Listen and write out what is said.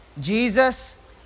Jesus